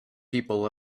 people